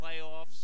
playoffs